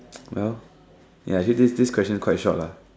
well this this this question quite short lah